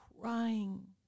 crying